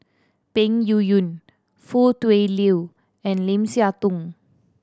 Peng Yuyun Foo Tui Liew and Lim Siah Tong